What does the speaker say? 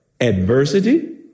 adversity